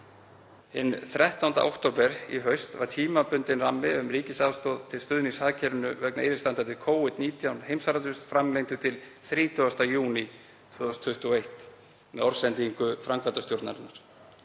Hinn 13. október í haust var tímabundinn rammi um ríkisaðstoð til stuðnings hagkerfinu vegna yfirstandandi Covid-19 heimsfaraldurs framlengdur til 30. júní 2021 með orðsendingu framkvæmdastjórnarinnar.